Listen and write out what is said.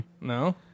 No